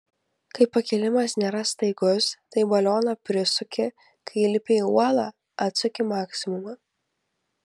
kai pakilimas nėra staigus tai balioną prisuki kai lipi į uolą atsuki maksimumą